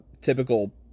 typical